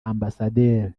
ambasaderi